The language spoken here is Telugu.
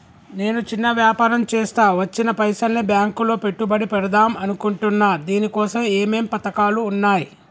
నేను చిన్న వ్యాపారం చేస్తా వచ్చిన పైసల్ని బ్యాంకులో పెట్టుబడి పెడదాం అనుకుంటున్నా దీనికోసం ఏమేం పథకాలు ఉన్నాయ్?